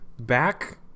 back